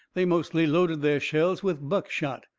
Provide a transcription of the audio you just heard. they mostly loaded their shells with buckshot.